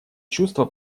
чувство